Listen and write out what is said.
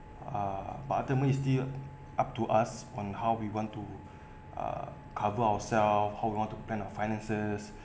ah but ultimate is still up to us on how we want to uh cover ourselves how you want to plan your finances